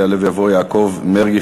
יעלה ויבוא יעקב מרגי,